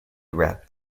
wrapped